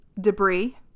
debris